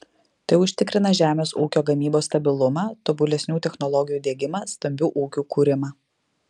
tai užtikrina žemės ūkio gamybos stabilumą tobulesnių technologijų diegimą stambių ūkių kūrimą